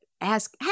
ask